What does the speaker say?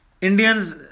Indians